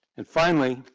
and finally,